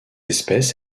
espèce